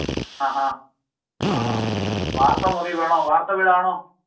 ആഹ് ഹാ ആഹ് ആഹ് വാര്ത്ത മുറി വേണോ വാര്ത്ത വീടാണോ